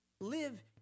Live